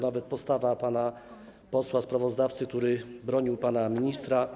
Nawet postawa pana posła sprawozdawcy, który bronił pana ministra.